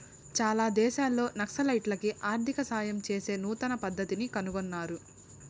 చాలా దేశాల్లో నక్సలైట్లకి ఆర్థిక సాయం చేసే నూతన పద్దతిని కనుగొన్నారు